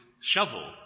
shovel